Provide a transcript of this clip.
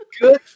Good